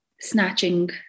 snatching